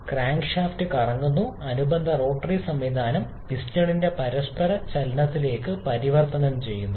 crankshaft കറങ്ങുന്നു അനുബന്ധ rotary സംവിധാനം പിസ്റ്റണിന്റെ പരസ്പര ചലനത്തിലേക്ക് പരിവർത്തനം ചെയ്യുന്നു